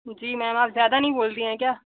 जी ma'am आप ज़्यादा नहीं बोल रहीं हैं क्या